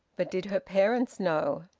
but did her parents know?